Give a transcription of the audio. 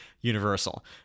Universal